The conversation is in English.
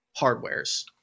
hardwares